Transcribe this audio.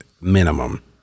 minimum